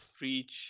reach